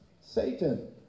Satan